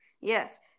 Yes